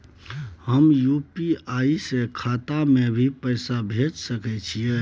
हम यु.पी.आई से खाता में भी पैसा भेज सके छियै?